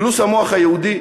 פלוס המוח היהודי,